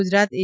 Gujarat એ